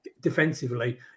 defensively